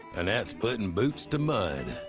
and that's putting boots to mud.